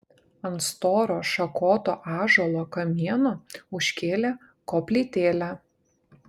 ant storo šakoto ąžuolo kamieno užkėlė koplytėlę